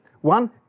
One